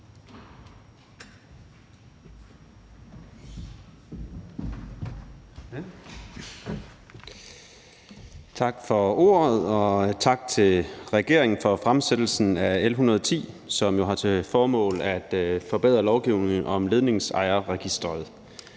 Tak for ordet. Og tak til regeringen for fremsættelsen af L 110, som jo har til formål at forbedre lovgivningen om Ledningsejerregistret.